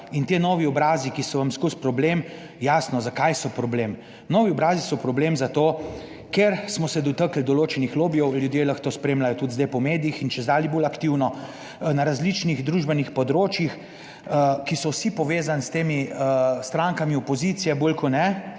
In ti novi obrazi, ki so vam skozi problem jasno zakaj so problem. Novi obrazi so problem zato, ker smo se dotaknili določenih lobijev. Ljudje lahko to spremljajo tudi zdaj po medijih in čedalje bolj aktivno na različnih družbenih področjih, ki so vsi povezani s temi strankami opozicije bolj kot ne